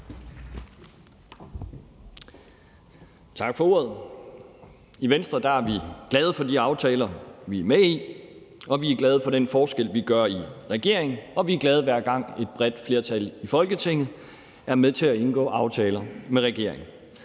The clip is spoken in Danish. Tak for ordet. I Venstre er vi glade for de aftaler, vi er med i, vi er glade for den forskel, vi gør i regeringen, og vi er glade, hver gang et bredt flertal i Folketinget er med til at indgå aftaler med regeringen.